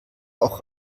auch